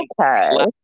Okay